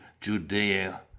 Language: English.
judea